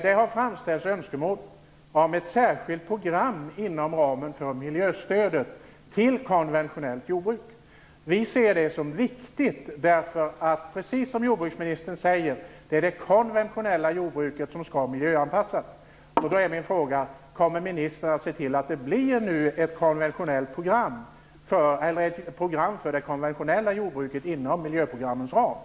Det har framställts önskemål om ett särskilt program inom ramen för miljöstödet till konventionellt jordbruk. Vi ser det som viktigt därför att det, precis som jordbruksministern säger, är det konventionella jordbruket som skall miljöanpassas. Då är min fråga: Kommer ministern att se till att det blir ett program för det konventionella jordbruket inom miljöprogrammens ram?